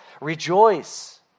Rejoice